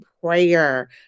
Prayer